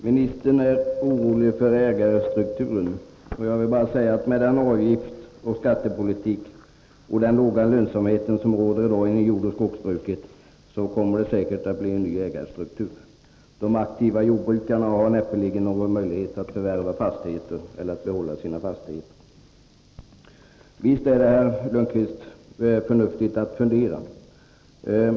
Herr talman! Jordbruksministern är orolig för ägarstrukturen. Med den avgiftsoch skattepolitik och den låga lönsamhet som i dag råder inom jordoch skogsbruket kommer det säkert att bli en ny ägarstruktur. De aktiva jordbrukarna har näppeligen någon möjlighet att förvärva eller behålla fastigheter. Visst är det, herr Lundkvist, förnuftigt att fundera.